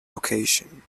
location